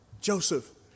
Joseph